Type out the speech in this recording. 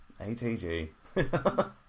ATG